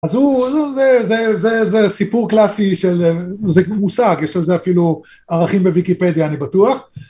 אז זה סיפור קלאסי, זה מושג, יש לזה אפילו ערכים בוויקיפדיה, אני בטוח.